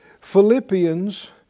Philippians